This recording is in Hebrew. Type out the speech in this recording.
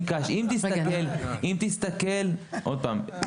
אם תסתכל ועוד הפעם,